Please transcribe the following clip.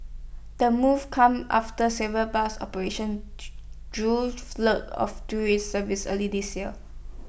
the move comes after several bus operation drew of services earlier this year